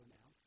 now